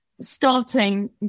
starting